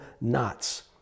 knots